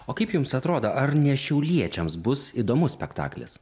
o kaip jums atrodo ar ne šiauliečiams bus įdomus spektaklis